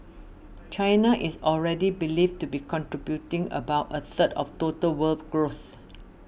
China is already believed to be contributing about a third of total world growth